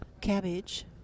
cabbage